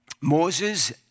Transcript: Moses